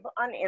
on